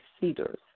cedars